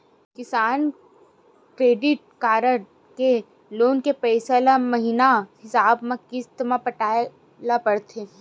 किसान credit card के loan के पइसा ल महिना हिसाब म किस्त म पटाए ल परथे